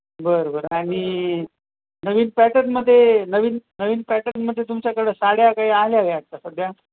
बरं बरं आणि नवीन पॅटर्नमध्ये नवीन नवीन पॅटर्नमध्ये तुमच्याकडं साड्या काही आल्या आहे आता सध्या